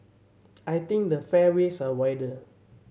I think the fairways are wider